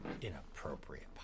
inappropriate